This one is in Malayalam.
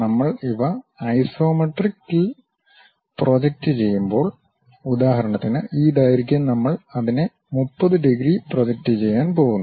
നമ്മൾ ഇവ ഐസോമെട്രിക്കിൽ പ്രൊജക്റ്റ് ചെയ്യുമ്പോൾ ഉദാഹരണത്തിന് ഈ ദൈർഘ്യം നമ്മൾ അതിനെ 30 ഡിഗ്രി പ്രൊജക്റ്റ് ചെയ്യാൻ പോകുന്നു